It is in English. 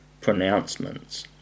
pronouncements